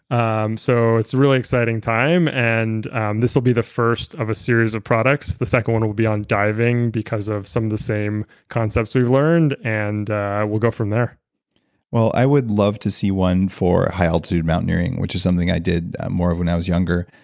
um so it's really exciting time and and this will be the first of a series of products. the second one will be on diving because of the same concepts we've learned and we'll go from there well, i would love to see one for high-altitude mountaineering which is something i did more when i was younger.